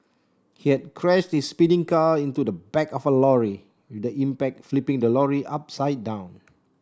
he had crashed his speeding car into the back of a lorry with the impact flipping the lorry upside down